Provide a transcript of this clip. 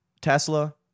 Tesla